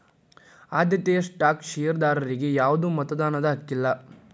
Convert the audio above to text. ಆದ್ಯತೆಯ ಸ್ಟಾಕ್ ಷೇರದಾರರಿಗಿ ಯಾವ್ದು ಮತದಾನದ ಹಕ್ಕಿಲ್ಲ